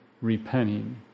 Repenting